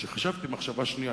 וכשחשבתי במחשבה שנייה,